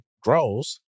grows